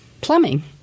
plumbing